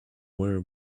where